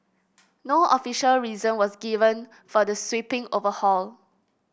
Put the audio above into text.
no official reason was given for the sweeping overhaul